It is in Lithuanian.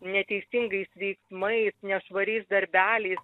neteisingais veiksmais nešvariais darbeliais